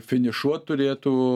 finišuot turėtų